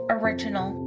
original